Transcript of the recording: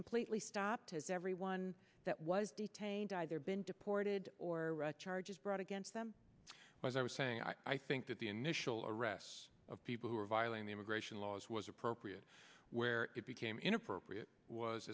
completely stopped has everyone that was detained either been deported or charges brought against them as i was saying i think that the initial arrests of people who were violating the immigration laws was appropriate where it became inappropriate